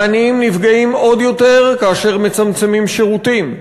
העניים נפגעים עוד יותר כאשר מצמצמים שירותים,